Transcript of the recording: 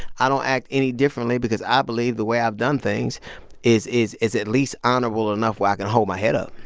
i don't act any differently because i believe the way i've done things is is at least honorable enough where i can hold my head up.